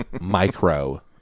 Micro